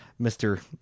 Mr